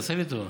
תעשה לי טובה,